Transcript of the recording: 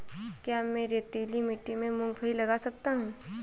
क्या मैं रेतीली मिट्टी में मूँगफली लगा सकता हूँ?